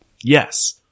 yes